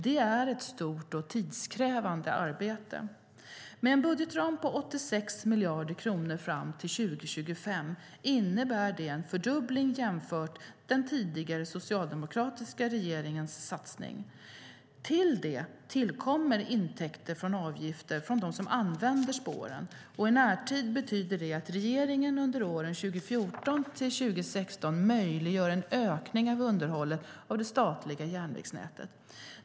Det är ett stort och tidskrävande arbete. Med en budgetram på 86 miljarder kronor fram till 2025 innebär det en fördubbling jämfört med den tidigare socialdemokratiska regeringens satsning. Till det kommer intäkter från avgifter från dem som använder spåren. I närtid betyder det att regeringen under åren 2014-2016 möjliggör en ökning av underhållet av det statliga järnvägsnätet.